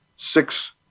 six